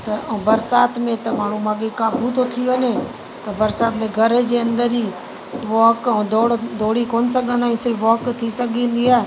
त ऐं बरसाति में त माण्हू माॻे ई काबू थो थी वञे त बरसाति में घर जे अंदरि ई वॉक ऐं दौड़ दौड़ी कोन सघंदा आहियूं सिर्फ़ु वॉक थी सघंदी आहे